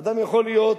אדם יכול להיות,